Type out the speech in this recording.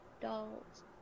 dolls